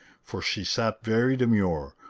for she sat very demure,